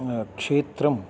क्षेत्रं